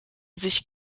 sich